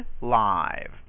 Live